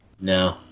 No